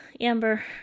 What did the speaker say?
Amber